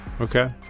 Okay